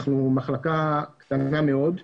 אנחנו מחלקה קטנה מאוד.